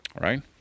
right